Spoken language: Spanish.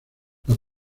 los